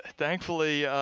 thankfully,